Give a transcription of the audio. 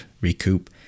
recoup